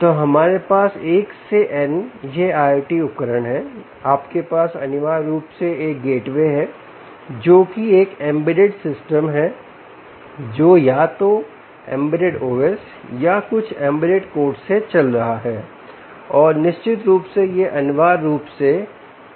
तो हमारे पास 1 से n यह IoT उपकरण है आपके पास अनिवार्य रूप से एक गेटवे है जोकि एक एम्बेडेड सिस्टम है जो या तो एम्बेडेड ओएस या कुछ एम्बेडेड कोड से चल रहा है और निश्चित रूप से यह अनिवार्य रूप से